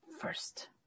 first